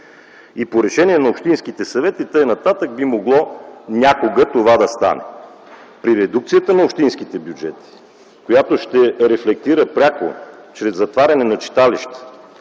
и по решение на общинските съвети би могло някога това да стане. При редукцията на общинските бюджети, която ще рефлектира пряко чрез затваряне на читалища,